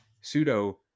pseudo